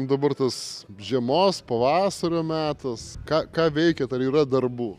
dabar tas žiemos pavasario metas ką ką veikiat ar yra darbų